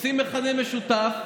עושים מכנה משותף,